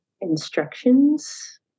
instructions